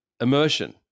immersion